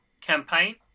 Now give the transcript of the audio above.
campaign